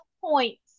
points